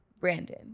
Brandon